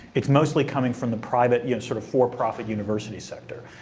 it's mostly coming from the private, yeah sort of for-profit university sector.